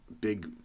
big